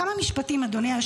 תודה רבה.